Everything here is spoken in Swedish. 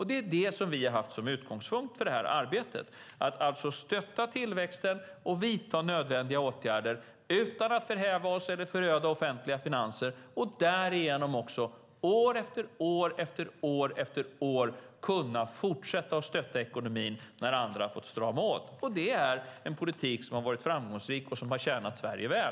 Det är det vi har haft som utgångspunkt för det här arbetet - att stötta tillväxten och vidta nödvändiga åtgärder utan att förhäva oss eller föröda offentliga finanser. Därigenom har vi också år efter år efter år kunnat fortsätta att stötta ekonomin när andra har fått strama åt. Det är en politik som har varit framgångsrik och tjänat Sverige väl.